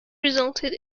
resulted